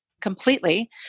completely